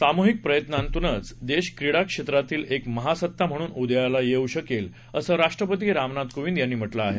सामूहिक प्रयत्नांतूनच देश क्रीडा क्षेत्रातली एक महासत्ता म्हणून उदयाला येऊ शकेल असं राष्ट्रपती रामनाथ कोविंद यांनी म्हटलं आहे